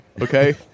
Okay